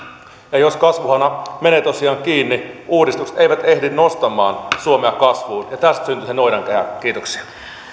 jos kasvuhana menee tosiaan kiinni uudistukset eivät ehdi nostamaan suomea kasvuun ja tästä syntyy se noidankehä kiitoksia